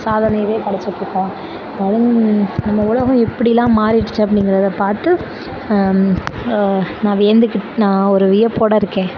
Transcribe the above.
சாதனையவே படைத்திட்ருக்கோம் நம்ம உலகம் எப்படியெல்லாம் மாறிடுச்சு அப்படிங்கிறத பார்த்து நான் வியந்து கிட் நான் ஒரு வியப்போடிருக்கேன்